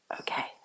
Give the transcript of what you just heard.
okay